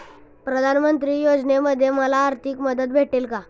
प्रधानमंत्री योजनेमध्ये मला आर्थिक मदत भेटेल का?